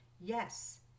Yes